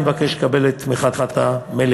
אני מבקש לקבל את תמיכת המליאה.